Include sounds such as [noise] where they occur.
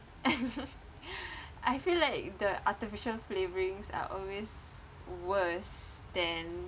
[laughs] I feel like the artificial flavourings are always worse than